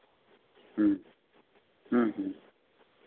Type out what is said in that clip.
ᱦᱮᱸ ᱦᱮᱸ